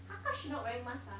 how come she not wearing mask ah